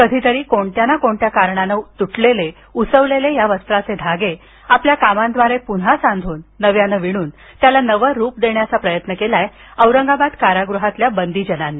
कधीतरी कोणत्या ना कोणत्या कारणानं तुटलेले उसवलेले या वस्त्राचे धागे आपल्या कामाद्वारे पुन्हा सांधून नव्यानं विणून त्याला नवं रूप देण्याचा प्रयत्न केलाय औरंगाबाद कारागृहातील बंदीजनांनी